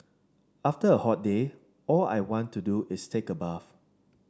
after a hot day all I want to do is take a bath